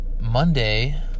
Monday